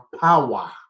power